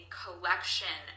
collection